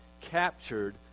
captured